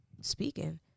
speaking